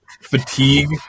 fatigue